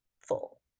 full